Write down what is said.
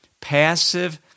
passive